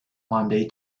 monday